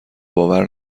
باور